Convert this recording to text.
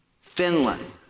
Finland